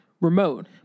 remote